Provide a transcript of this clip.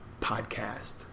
podcast